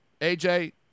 AJ